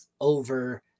over